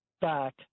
back